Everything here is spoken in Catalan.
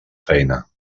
feina